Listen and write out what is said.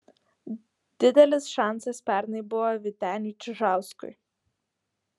didelis šansas pernai buvo vyteniui čižauskui